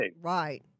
Right